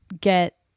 get